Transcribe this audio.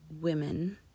women